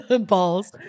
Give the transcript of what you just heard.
Balls